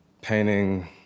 painting